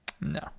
No